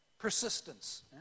Persistence